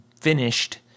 finished